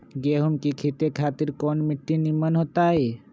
गेंहू की खेती खातिर कौन मिट्टी निमन हो ताई?